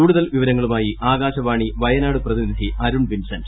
കൂടുതൽ വിവരങ്ങളുമായി ആകാശവാണി വയനാട് പ്രതിനിധി അരുൺ വിൻസെന്റ്